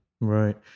Right